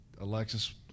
Alexis